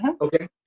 Okay